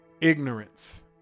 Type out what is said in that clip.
Ignorance